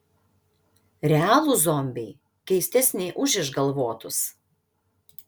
realūs zombiai keistesni už išgalvotus